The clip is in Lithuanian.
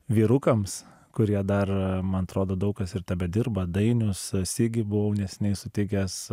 vyrukams kurie dar man atrodo daug kas ir tebedirba dainius sigį buvau neseniai sutikęs